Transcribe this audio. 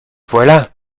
voilà